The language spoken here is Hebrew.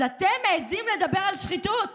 אז אתם מעיזים לדבר על שחיתות?